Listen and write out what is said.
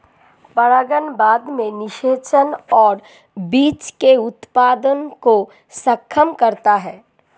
परागण बाद में निषेचन और बीज के उत्पादन को सक्षम करता है